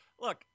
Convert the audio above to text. Look